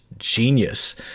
genius